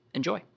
Enjoy